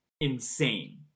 insane